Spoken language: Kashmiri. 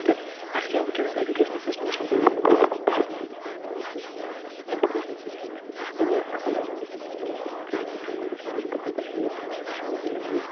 تہٕ اسہ کیاہ ونکیٚس ایٚجُکیشَن سِسٹَمَس مَنٛز اگر أسۍ وٕچھو ونکیٚنَس ایٚجُکیشَن سِسٹَم چھُ سُہ چھُ واریاہ اصل ایٚجُکیشَن سِسٹَم ونکیٚنَس اگر أسۍ وٕچھو جموں اینڈ کشمیٖرَس مَنٛز اکھ کَشمیٖری لَنٛگویج